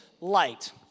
Light